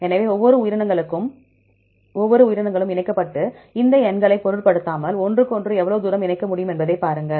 எனவே ஒவ்வொரு உயிரினங்களும் இணைக்கப்பட்டு இந்த எண்களைப் பொருட்படுத்தாமல் ஒன்றுக்கொன்று எவ்வளவு தூரம் இணைக்க முடியும் என்பதைப் பாருங்கள்